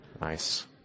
Nice